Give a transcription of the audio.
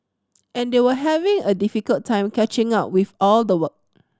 and they were having a difficult time catching up with all the work